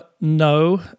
no